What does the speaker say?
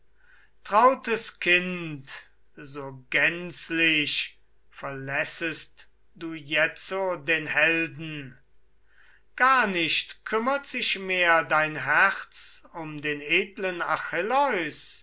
trautes kind so gänzlich verlässest du jetzo den helden gar nicht kümmert sich mehr dein herz um den edlen